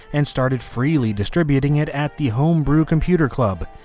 and started freely distributing it at the homebrew computer club.